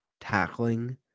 tackling